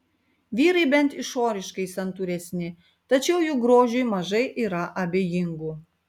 vyrai bent išoriškai santūresni tačiau juk grožiui mažai yra abejingų